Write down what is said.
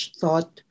thought